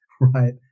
right